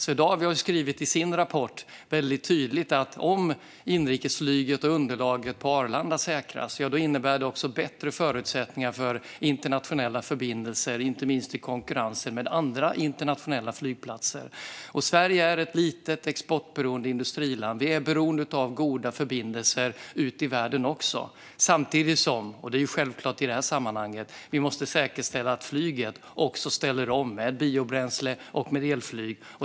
Swedavia har skrivit väldigt tydligt i sin rapport att om inrikesflyget och underlaget på Arlanda säkras innebär det också bättre förutsättningar för internationella förbindelser, inte minst i konkurrensen med andra internationella flygplatser. Sverige är ett litet, exportberoende industriland. Vi är beroende av goda förbindelser ut i världen också, samtidigt som - och det är självklart i det här sammanhanget - vi måste säkerställa att flyget också ställer om med biobränsle och med elflyg.